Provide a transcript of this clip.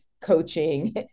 coaching